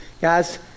guys